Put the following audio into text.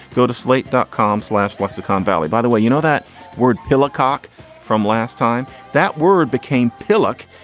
go to slate dot com. slash lexicon valley, by the way, you know that word, pilla cok from last time that word became pillock.